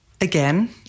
Again